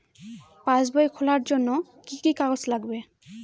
পাসবই খোলার জন্য কি কি কাগজ লাগবে?